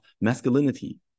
masculinity